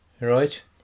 right